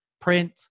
print